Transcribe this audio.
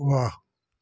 वाह